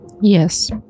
Yes